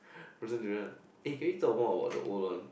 frozen durian eh can you talk more about the old one